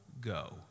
go